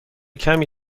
کمی